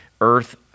earth